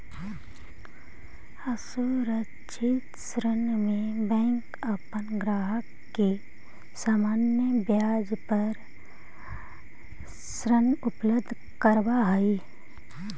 असुरक्षित ऋण में बैंक अपन ग्राहक के सामान्य ब्याज दर पर ऋण उपलब्ध करावऽ हइ